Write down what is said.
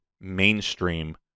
mainstream